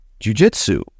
jujitsu